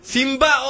Simba